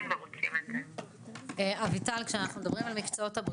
לגבי אחיות,